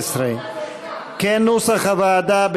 כנוסח הוועדה,